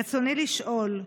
רצוני לשאול: